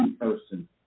person